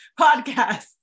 podcast